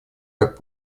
как